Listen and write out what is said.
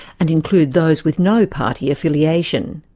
and include those with no party affiliation.